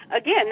Again